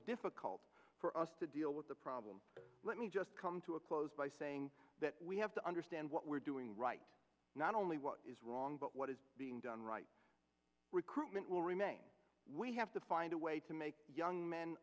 difficult for us to deal with the problem let me just come to a close by saying that we have to understand what we're doing right not only what is wrong but what is being done right recruitment will remain we have to find a way to make young men